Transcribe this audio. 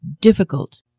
difficult